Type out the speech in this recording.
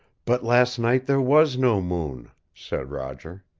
but last night there was no moon, said roger.